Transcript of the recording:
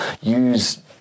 use